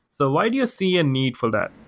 so why do you see a need for that?